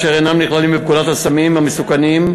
אשר אינם נכללים בפקודת הסמים המסוכנים,